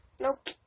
Nope